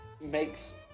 makes